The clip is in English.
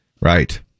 Right